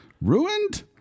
Ruined